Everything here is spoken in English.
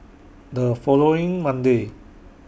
The following Monday